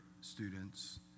students